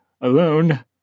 alone